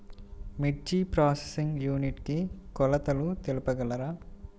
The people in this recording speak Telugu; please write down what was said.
మిర్చి ప్రోసెసింగ్ యూనిట్ కి కొలతలు తెలుపగలరు?